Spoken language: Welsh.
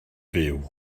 fyw